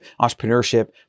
entrepreneurship